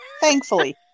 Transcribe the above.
thankfully